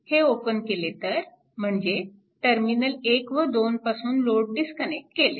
हे ओपन केले तर म्हणजे टर्मिनल 1 व 2 पासून लोड डिस्कनेक्ट केले